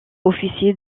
officier